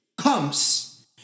comes